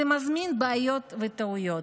זה מזמין בעיות וטעויות.